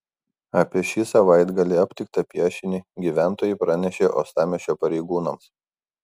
apie šį savaitgalį aptiktą piešinį gyventojai pranešė uostamiesčio pareigūnams